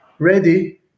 ready